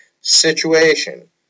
situation